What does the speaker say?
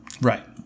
Right